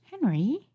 Henry